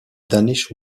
danish